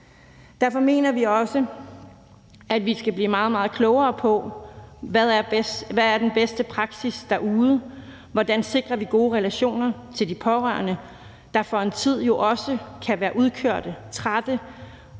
Derfor mener vi også, at vi skal blive meget, meget klogere på, hvad der er den bedste praksis derude, hvordan vi sikrer gode relationer til de pårørende, der jo for en tid også kan være udkørte, trætte